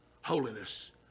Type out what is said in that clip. Holiness